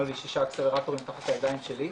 היו לי ששה אקסלרטורים מתחת לידיים שלי.